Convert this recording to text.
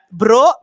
bro